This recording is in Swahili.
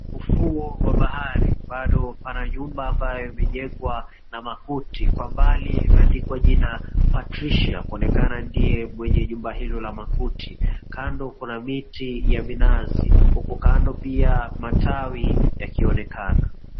Ufuo wa bahari bado pana nyumba ambayo imejengwa na makuti. Kwa mbali limeandikwa jina Patricia kuonekana ndiye mwenye nyumba hilo la makuti. Kando kuna miti ya minazi, huku kando pia matawi yakionekana.